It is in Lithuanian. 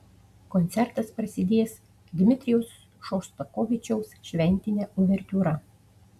koncertas prasidės dmitrijaus šostakovičiaus šventine uvertiūra